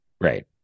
Right